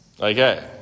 Okay